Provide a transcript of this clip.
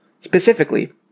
Specifically